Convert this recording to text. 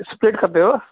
split खपेव